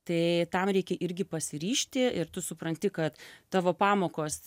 tai tam reikia irgi pasiryžti ir tu supranti kad tavo pamokos